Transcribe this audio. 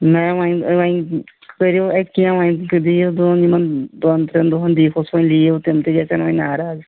نہ وۄنۍ وۄنۍ کٔرِو اَتہِ کینٛہہ وۄنۍ دِیِو دۄہَن یِمَن دۄن ترٛٮ۪ن دۄہَن دِی ہُس وۄنۍ لیٖو تِم تہِ گژھان وۄنۍ ناراض